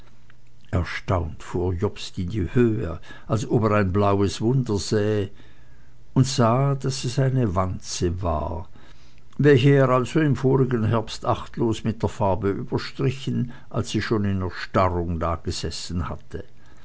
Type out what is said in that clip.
erstaunt fuhr jobst in die höhe als ob er ein blaues wunder sähe und sah daß es eine wanze war welche er also im vorigen herbst achtlos mit der farbe überstrichen als sie schon in erstarrung dagesessen hatte